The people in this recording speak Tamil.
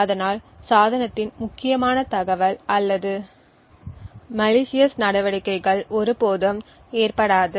அதனால் சாதனத்தின் முக்கியமான தகவல் அல்லது மலிசியஸ் நடவடிக்கைகள் ஒருபோதும் ஏற்படாது